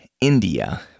India